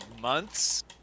months